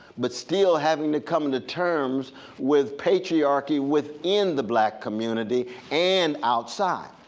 but still having to come to terms with patriarchy within the black community and outside,